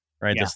right